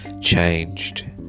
changed